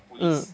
mm